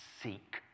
seek